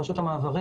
רשות המעברים